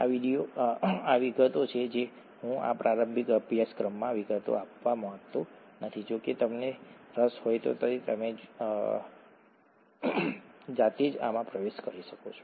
આ વિગતો છે હું આ પ્રારંભિક અભ્યાસક્રમમાં વિગતોમાં આવવા માંગતો નથી જો કે જો તમને રસ હોય તો તમે જાતે જ આમાં પ્રવેશ કરી શકો છો